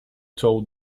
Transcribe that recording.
told